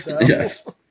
Yes